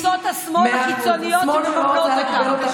כל זה תחת השמאל ועמותות השמאל הקיצוניות שמממנות אותם.